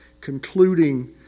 concluding